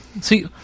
See